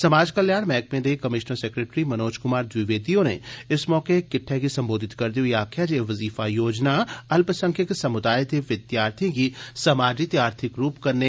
समाज कल्याण मैह्कमे दे कमिशनर सैक्रेटरी मनोज कुमार द्विवेदी होरें इस मौके किट्ठ गी संबोधित करदे होई आखेआ जे एह् वजीफा योजनां अल्पसंख्यक समुदायें दे विद्यार्थिए गी समाजी ते आर्थिक रूप कन्नै बा अख्तियार बनाडन